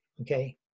Okay